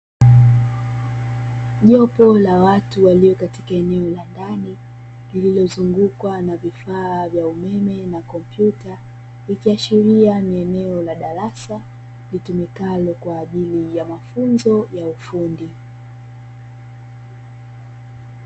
Jopo la watu walio katika eneo la ndani lililozungukwa na vifaa vya umeme na kompyuta, ikiashiria ni eneo la darasa litumikalo kwa ajili ya mafunzo ya ufundi.